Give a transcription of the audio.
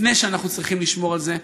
לפני שאנחנו צריכים לשמור על זה,